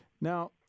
Now